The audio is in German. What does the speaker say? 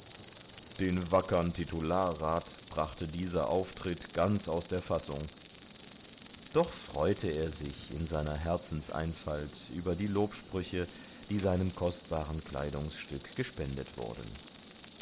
den wackern titularrat brachte dieser auftritt ganz aus der fassung doch freute er sich in seiner herzenseinfalt über die lobsprüche die seinem kostbaren kleidungsstück gespendet wurden